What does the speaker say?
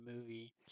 movie